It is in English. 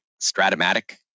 stratomatic